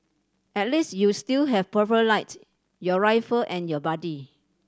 at least you still have Purple Light your rifle and your buddy